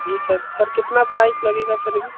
जी sir sir कितना price लगेगा फिर भी